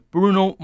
Bruno